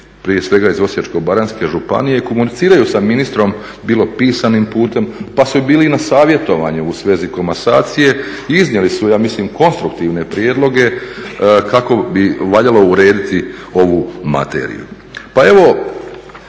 prije svega iz Osječko-baranjske županije komuniciraju sa ministrom bilo pisanim putem, pa su bili i na savjetovanju u vezi komasacije i iznijeli su ja mislim konstruktivne prijedloge kako bi valjalo urediti ovu materiju. Pa evo